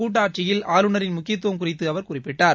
கூட்டாட்சியில் ஆளுநரின் முக்கியத்துவம் குறித்து அவர் குறிப்பிட்டார்